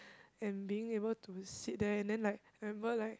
and being able to sit that and then like I remember like